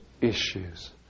issues